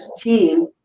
team